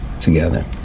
together